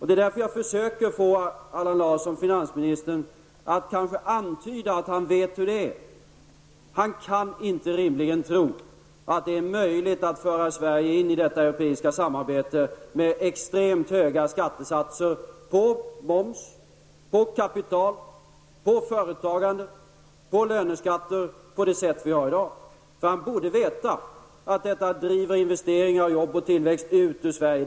Det är därför som jag försöker få finansminister Allan Larsson att kanske antyda att han vet hur det är. Han kan inte rimligen tro att det är möjligt att föra Sverige in i detta europeiska samarbete med extremt höga skattesatser för moms, på kapital, på företagande och för löneskatter på det sätt som vi har i dag. Han borde veta att detta driver investeringar, arbeten och tillväxt ut ur Sverige.